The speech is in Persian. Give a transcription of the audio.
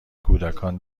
کودکان